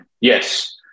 Yes